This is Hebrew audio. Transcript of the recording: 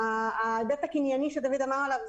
ההיבט הקנייני שדוד דיבר עליו,